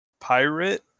Pirate